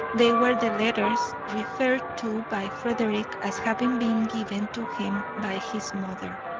they were the letters referred to by frederick as having been given to him by his mother.